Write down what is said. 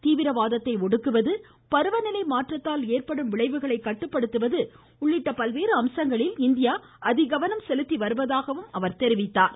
தீவிரவாதத்தை ஒடுக்குவது பருவநிலை மாற்றத்தால் ஏற்படும் விளைவுகளை கட்டுப்படுத்துவது உள்ளிட்ட பல்வேறு அம்சங்களில் இந்தியா முக்கிய கவனம் செலுத்தி வருவதாக குடியரசுத்தலைவர் தெரிவித்தார்